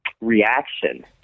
reaction